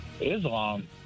Islam